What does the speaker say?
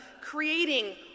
creating